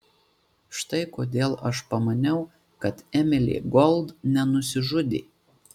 štai kodėl aš pamaniau kad emilė gold nenusižudė